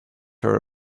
her